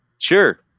Sure